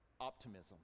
optimism